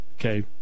okay